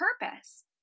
purpose